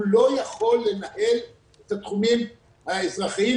הוא לא יכול לנהל את התחומים האזרחיים.